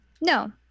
No